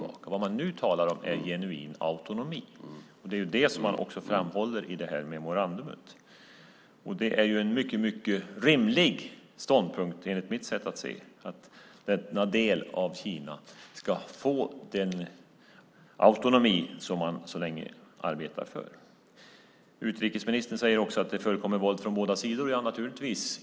Vad man nu talar om är genuin autonomi. Det är det man framhåller i memorandumet. Det är, enligt mitt sätt att se, en mycket rimlig ståndpunkt att denna del av Kina ska få den autonomi som man så länge har arbetat för. Utrikesministern säger också att det förekommer våld från båda sidor. Ja, naturligtvis.